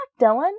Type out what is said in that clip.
Dylan